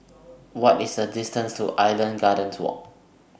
What IS The distance to Island Gardens Walk